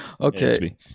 Okay